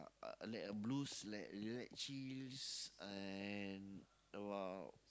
uh uh like blues like you like chills and about